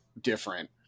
different